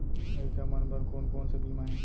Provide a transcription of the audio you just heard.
लइका मन बर कोन कोन से बीमा हे?